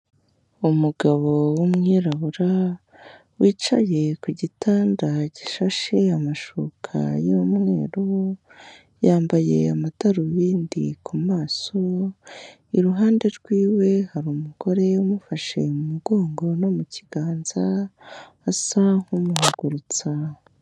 Umugabo w'umwirabura wicaye ku gitanda gishashe amashuka y'umweru, yambaye amadarubindi ku maso, iruhande rwiwe hari umugore umufashe mu mugongo no mu kiganza asa nk'umuhagurutsa.